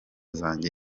zanjye